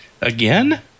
Again